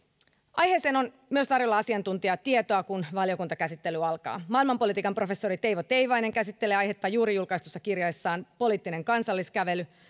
aiheeseen on myös tarjolla asiantuntijatietoa kun valiokuntakäsittely alkaa maailmanpolitiikan professori teivo teivainen käsittelee aihetta juuri julkaistussa kirjassaan maailmanpoliittinen kansalliskävely